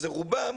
שזה רובם,